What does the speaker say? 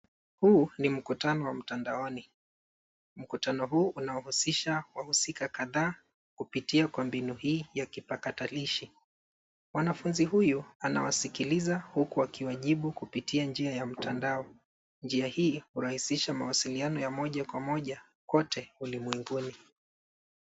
Huu ni mkutano wa mtandaoni. Mkutano huu unahusisha wahusika kadhaa kupitia kwa mbinu hii ya kipakatalishi. Mwanafunzi huyu anawasikiliza huku akiwajibu kupitia njia ya mtandao. Njia hiii hurahisisha mawasiliano ya moja kwa moja kwote ulimwenguni.